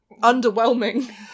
underwhelming